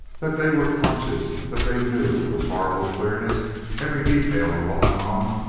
that they were conscious, that they knew with horrible clearness every detail of what went on,